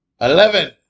Eleven